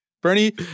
Bernie